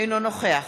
אינו נוכח